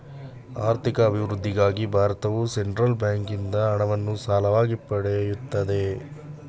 ಆರ್ಥಿಕ ಅಭಿವೃದ್ಧಿಗಾಗಿ ಭಾರತವು ಸೆಂಟ್ರಲ್ ಬ್ಯಾಂಕಿಂದ ಹಣವನ್ನು ಸಾಲವಾಗಿ ಪಡೆಯುತ್ತದೆ